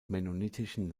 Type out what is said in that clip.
mennonitischen